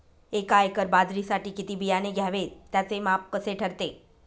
एका एकर बाजरीसाठी किती बियाणे घ्यावे? त्याचे माप कसे ठरते?